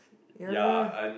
ya lah